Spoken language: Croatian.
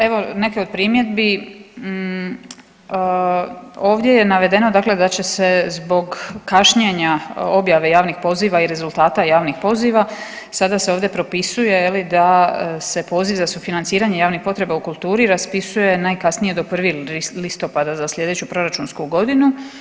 Evo, neke od primjedbi ovdje je navedeno dakle da će se zbog kašnjenja objave javnih poziva i rezultata javnih poziva sada se ovdje propisuje je li da se poziv za sufinanciranje javnih potreba u kulturi raspisuje najkasnije do 1. listopada za slijedeću proračunsku godinu.